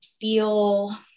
feel